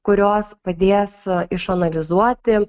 kurios padės išanalizuoti